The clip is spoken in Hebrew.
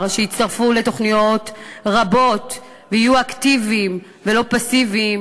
שיצטרפו לתוכניות רבות ויהיו אקטיביים ולא פסיביים,